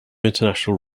international